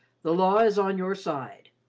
the law is on your side.